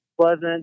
pleasant